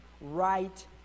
right